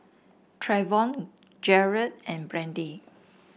Travon Garret and Randy